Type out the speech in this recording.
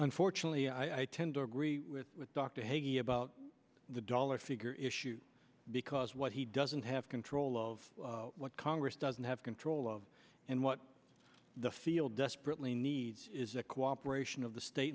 unfortunately i tend to agree with dr hague about the dollar figure issue because what he doesn't have control of what congress doesn't have control of and what the field desperately needs is the cooperation of the state